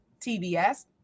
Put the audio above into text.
TBS